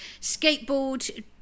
skateboard